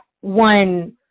one